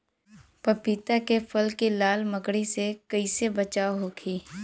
पपीता के फल के लाल मकड़ी से कइसे बचाव होखि?